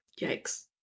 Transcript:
Yikes